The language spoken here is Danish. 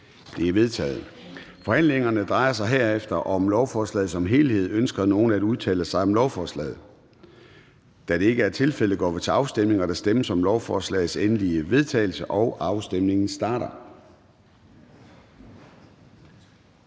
(Søren Gade): Forhandlingen drejer sig herefter om lovforslaget som helhed. Ønsker nogen at udtale sig om lovforslaget? Da det ikke er tilfældet, går vi til afstemning. Kl. 13:14 Afstemning Formanden (Søren Gade): Der stemmes om lovforslagets endelige vedtagelse, og afstemningen starter.